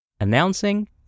Announcing